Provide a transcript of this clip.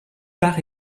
part